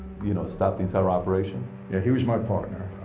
you know stop the entire operation yeah, he was my partner.